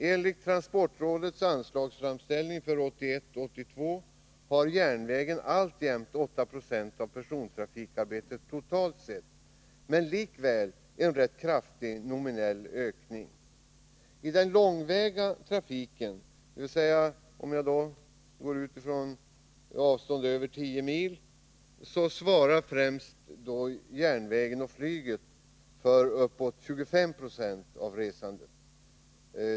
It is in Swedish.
Enligt transportrådets anslagsframställning för 1981/82 har järnvägen alltjämt 8 2 av persontrafikarbetet totalt sett, men likväl en rätt kraftig nominell ökning. I den långväga trafiken — dvs. avstånd på över 10 mil — svarar främst järnvägen och flyget för uppåt 25 20 av resandet.